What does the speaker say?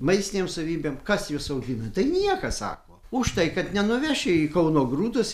maistinėm savybėms kas juos augina tai niekas sako už tai kad nenuveši į kauno grūdus